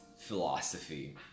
philosophy